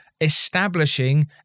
establishing